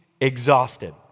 exhausted